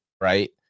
right